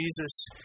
Jesus